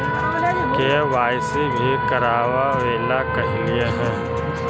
KYC भी करवावेला कहलिये हे?